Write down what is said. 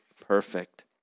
perfect